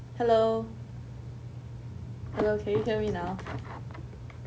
hello hello can you hear me now